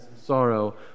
sorrow